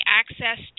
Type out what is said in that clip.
access